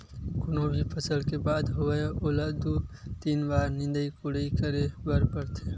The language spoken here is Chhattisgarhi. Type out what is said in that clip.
कोनो भी फसल के बात होवय ओला दू, तीन बार निंदई कोड़ई करे बर परथे